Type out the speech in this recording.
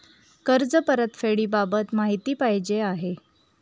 कर्ज परतफेडीबाबत माहिती पाहिजे आहे